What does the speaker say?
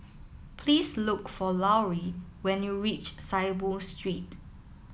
please look for Lauri when you reach Saiboo Street